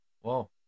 Whoa